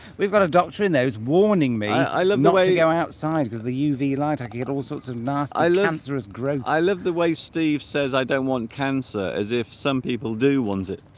we've got a doctor in those warning me i love the way we go outside of the uv light i get all sorts of nasty i'll answer as grey i love the way steve says i don't want cancer as if some people do want it